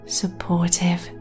supportive